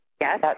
Yes